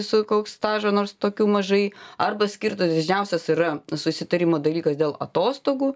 sukaups stažą nors tokių mažai arba skirtas didžiausias yra susitarimo dalykas dėl atostogų